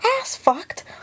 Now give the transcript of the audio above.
ass-fucked